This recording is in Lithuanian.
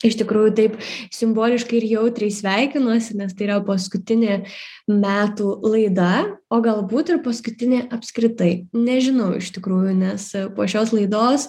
iš tikrųjų taip simboliškai ir jautriai sveikinuosi nes tai yra paskutinė metų laida o galbūt ir paskutinė apskritai nežinau iš tikrųjų nes po šios laidos